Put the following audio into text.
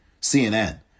CNN